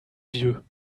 vieux